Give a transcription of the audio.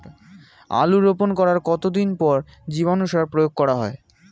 আলু রোপণ করার কতদিন পর জীবাণু সার প্রয়োগ করা হয়?